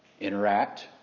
interact